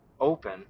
open